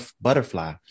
butterfly